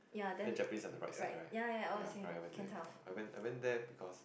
then Jap place at the right side right oh correct I went there before I went there because